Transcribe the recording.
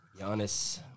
Giannis